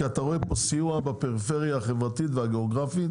כי אתה רואה פה סיוע בפריפריה החברתית והגיאוגרפית